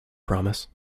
promise